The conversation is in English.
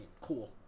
Cool